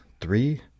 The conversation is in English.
Three